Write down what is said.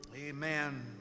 Amen